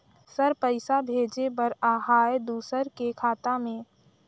Sir पइसा भेजे बर आहाय दुसर के खाता मे?